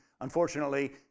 unfortunately